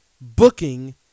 booking